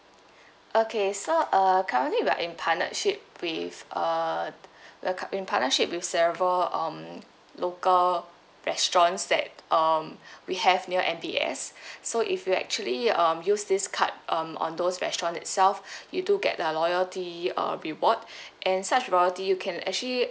okay so uh currently we're in partnership with uh the cu~ in partnership with several um local restaurants that um we have near M_B_S so if you actually um use this card um on those restaurant itself you do get a loyalty uh reward and such loyalty you can actually